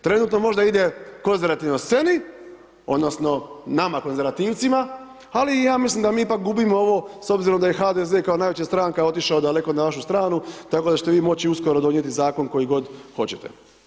Trenutno možda ide konzervativno sceni, onda, nama konzervativcima, ali ja mislim da mi ipak gubimo ovo s obzirom da je HDZ kao najveća stranka otišao daleko na vašu stranu, tako da ćete vi moći uskoro donijeti zakon koji god hoćete.